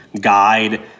guide